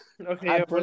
Okay